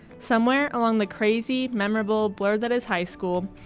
somewhere along the crazy, memorable blur that is high school,